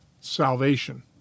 salvation